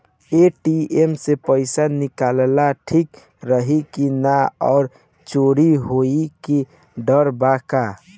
ATM से पईसा निकालल ठीक रही की ना और चोरी होये के डर बा का?